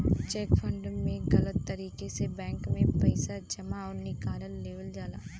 check fraud में गलत तरीके से बैंक में पैसा जमा आउर निकाल लेवल जाला